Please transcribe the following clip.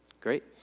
Great